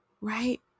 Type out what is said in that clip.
Right